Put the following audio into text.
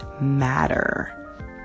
matter